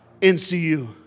NCU